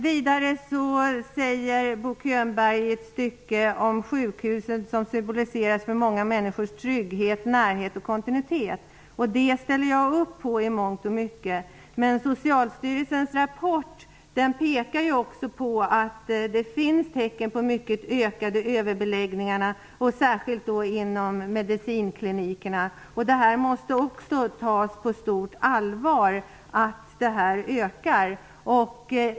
Vidare säger Bo Könberg att sjukhuset för många människor symboliserar trygghet, närhet och kontinuitet. Det ställer jag upp på i mångt och mycket. Men Socialstyrelsens rapport pekar också på att det finns tecken på ökade överbeläggningar, särskilt på medicinklinikerna. Det måste tas på stort allvar att detta ökar.